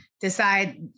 decide